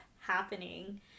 happening